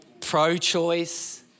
Pro-choice